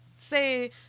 say